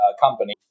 company